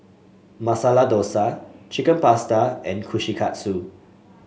Masala Dosa Chicken Pasta and Kushikatsu